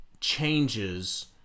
changes